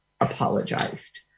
apologized